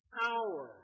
power